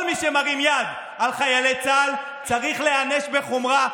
כל מי שמרים יד על חיילי צה"ל צריך להיענש בחומרה,